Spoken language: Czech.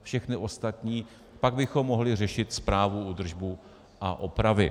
Všechny ostatní, pak bychom mohli řešit správu, údržbu a opravy.